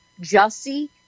Jussie